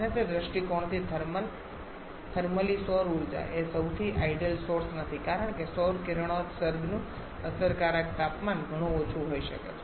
અને તે દૃષ્ટિકોણથી થર્મલી સૌર ઉર્જા એ સૌથી આઇડલ સોર્સ નથી કારણ કે સૌર કિરણોત્સર્ગનું અસરકારક તાપમાન ઘણું ઓછું હોઈ શકે છે